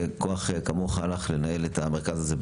שכוח כמוך הלך לנהל את המכרז הזה בעפולה.